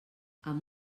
amb